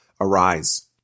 arise